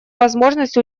возможность